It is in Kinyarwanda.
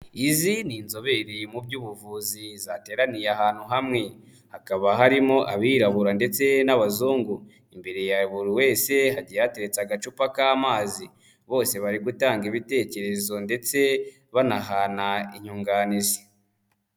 Izi ni inzobere mu by'ubuvuzi zateraniye ahantu hamwe, hakaba harimo abirabura ndetse n'abazungu, imbere ya buri wese hagiye hateretse agacupa k'amazi, bose bari gutanga ibitekerezo ndetse banahana inyunganizi.